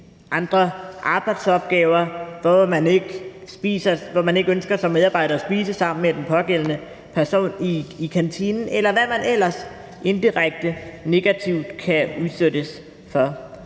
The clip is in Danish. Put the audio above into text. andre arbejdsopgaver, hvor man som medarbejder ikke ønsker at spise sammen med den pågældende person i kantinen, eller hvad vedkommende ellers indirekte negativt kan udsættes for.